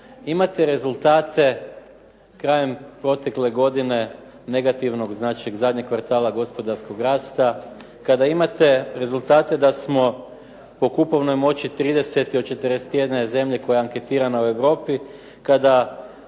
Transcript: imate rezultate krajem protekle godine negativnog znači zadnjeg kvartala gospodarskog rasta, kada imate rezultate da smo po kupovnoj moći 30. od 41 zemlje koja je anketirana u Europi, kada